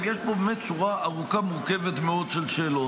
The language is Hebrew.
יש פה באמת שורה ארוכה ומורכבת מאוד של שאלות.